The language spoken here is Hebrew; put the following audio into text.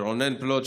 של רונן פלוט,